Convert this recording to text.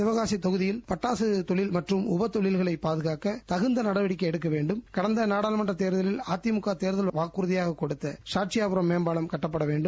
சிவகாசி தொகுதியில் பட்டாசு தொழில் மற்றும் உப தொழில்களை பாதுகாக்க தகுந்த நடவடிக்கை எடுக்க வேண்டும் கடந்த நாடாளுமன்றத் தேர்தலில் அதிமுக தேர்தல் வாக்குறுதியாக கொடுத்த சாட்சியாபுரம் மேம்பாலம் கட்டப்பட வேண்டும்